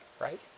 right